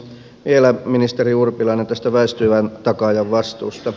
vielä ministeri urpilainen tästä väistyvän takaajan vastuusta